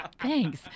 Thanks